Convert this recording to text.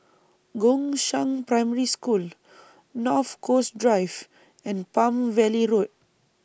Gongshang Primary School North Coast Drive and Palm Valley Road